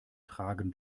tragen